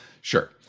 sure